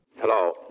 Hello